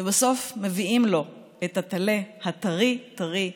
ובסוף מביאים לו את הטלה הטרי טרי.